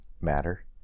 matter